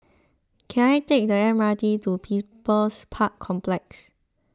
can I take the M R T to People's Park Complex